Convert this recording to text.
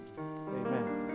Amen